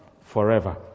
forever